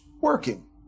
working